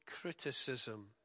criticism